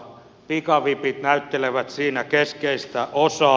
pikavipit näyttelevät siinä keskeistä osaa